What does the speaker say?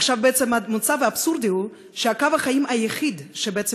עכשיו המצב האבסורדי הוא שקו החיים היחיד שבעצם